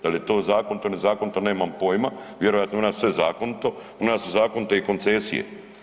Da li je to zakonito, nezakonito, nemam pojma, vjerovatno je u nas sve zakonito, u nas su zakonite i koncesije.